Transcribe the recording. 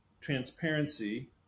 transparency